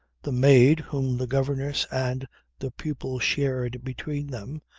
the maid, whom the governess and the pupil shared between them,